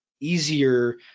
easier